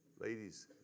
Ladies